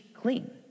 clean